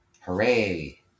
Hooray